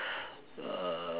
uh